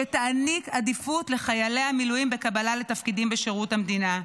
שתעניק עדיפות לחיילי המילואים בקבלה לתפקידים בשירות המדינה.